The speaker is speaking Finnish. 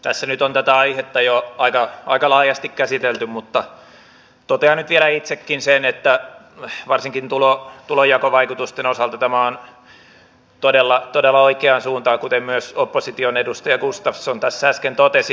tässä on nyt tätä aihetta jo aika laajasti käsitelty mutta totean nyt vielä itsekin sen että varsinkin tulonjakovaikutusten osalta tämä on todella oikeansuuntainen kuten myös opposition edustaja gustafsson tässä äsken totesi